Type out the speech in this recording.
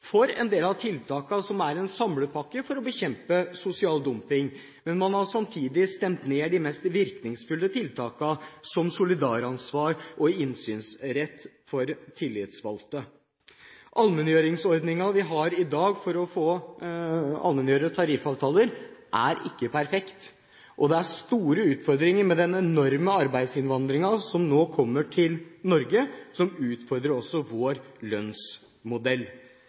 for en del av disse tiltakene, som er en samlepakke for å bekjempe sosial dumping, men man har samtidig stemt ned de mest virkningsfulle, som solidaransvar og innsynsrett for tillitsvalgte. Allmenngjøringsordningen, den ordningen vi i dag har for å allmenngjøre tariffavtaler, er ikke perfekt. Det er også store utfordringer med den enorme arbeidsinnvandringen til Norge, som utfordrer vår lønnsmodell.